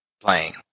playing